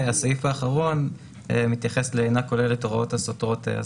הסעיף האחרון מתייחס ל"אינה כוללת הוראות הסותרות".